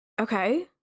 Okay